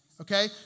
Okay